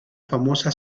famosa